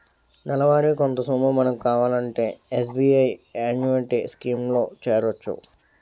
నెలవారీ కొంత సొమ్ము మనకు కావాలంటే ఎస్.బి.ఐ యాన్యుటీ స్కీం లో చేరొచ్చు